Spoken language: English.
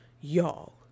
y'all